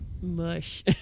mush